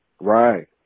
Right